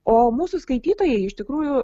o mūsų skaitytojai iš tikrųjų